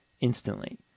instantly